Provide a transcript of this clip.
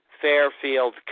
Fairfield